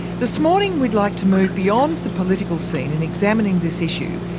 this morning we'd like to move beyond the political scene in examining this issue,